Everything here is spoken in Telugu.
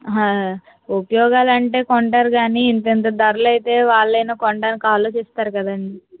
ఆ ఉపయోగాలు అంటే కొంటారు కానీ ఇంత ఇంత ధరలు అయితే వాళ్ళు అయిన కొనడానికి ఆలోచిస్తారు కదండి